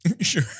Sure